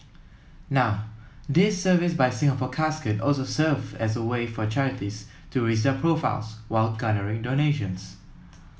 now this service by Singapore Casket also serves as a way for charities to raise their profiles while garnering donations